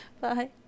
Bye